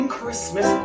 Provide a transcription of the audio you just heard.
Christmas